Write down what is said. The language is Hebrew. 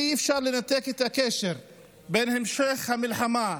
אי-אפשר לנתק את הקשר בין המשך המלחמה,